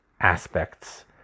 aspects